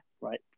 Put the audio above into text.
right